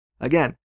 Again